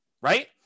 right